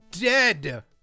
dead